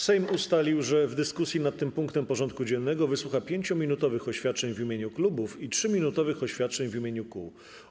Sejm ustalił, że w dyskusji nad tym punktem porządku dziennego wysłucha 5-minutowych oświadczeń w imieniu klubów i 3-minutowych oświadczeń w imieniu kół.